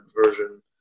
version